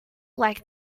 like